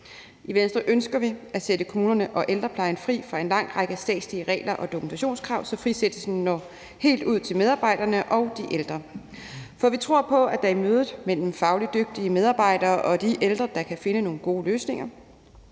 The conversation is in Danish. I Venstre ønsker vi, at sætte kommunerne og ældreplejen fri fra en lang række statslige regler og dokumentationskrav, så frisættelsen når helt ud til medarbejderne og de ældre. For vi tror på, at det er i mødet mellem fagligt dygtige medarbejdere og de ældre, at der kan findes nogle gode løsninger.